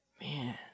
man